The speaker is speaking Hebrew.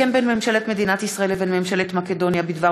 הסכם בין ממשלת מדינת ישראל לבין ממשלת מקדוניה בדבר